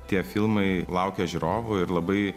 tie filmai laukia žiūrovų ir labai